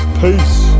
Peace